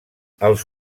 els